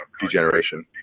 degeneration